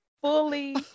fully